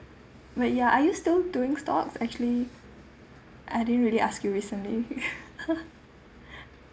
wait you are are you still doing stock actually I didn't really ask you recently